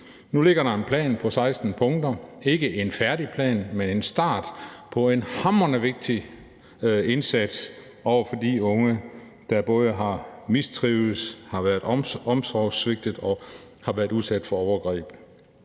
Nu ligger der en plan på 16 punkter, ikke en færdig plan, men en start på en hamrende vigtig indsats over for de unge, der både har mistrivedes, har været omsorgssvigtet og har været udsat for overgreb.